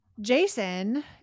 Jason